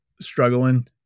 struggling